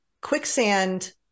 quicksand